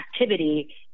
activity